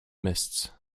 mists